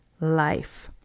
life